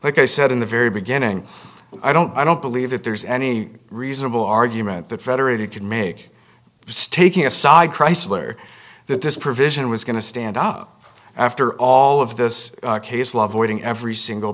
like i said in the very beginning i don't i don't believe that there's any reasonable argument that federated could make taking aside chrysler that this provision was going to stand up after all of this case law voiding every single